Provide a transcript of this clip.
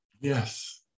Yes